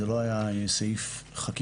זה לא היה סעיף חקיקה,